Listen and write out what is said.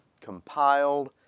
compiled